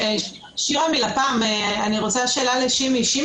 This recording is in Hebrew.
אני שירה מ-לפמ, אני רוצה לשאול את שימי שאלה.